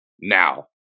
now